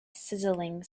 sizzling